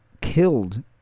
killed